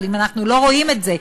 אבל אם אנחנו לא רואים את זה,